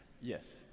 Yes